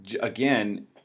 again